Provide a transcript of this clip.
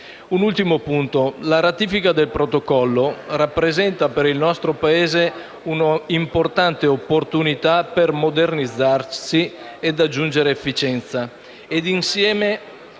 Un ultimo punto. La ratifica del protocollo rappresenta per il nostro Paese un'importante opportunità per modernizzarsi ed aggiungere efficienza,